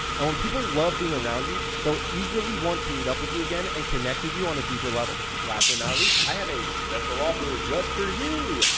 and when people love being around you, they'll eagerly want to meet up with you again and connect with you on a deeper level. last but not least, i have a special offer just for you.